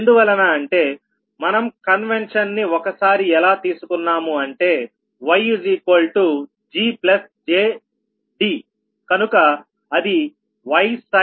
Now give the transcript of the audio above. ఎందువలన అంటే మనం కన్వెన్షన్ ని ఒకసారి ఎలా తీసుకున్నాము అంటే YGjDకనుక అది Ysin B